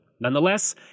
Nonetheless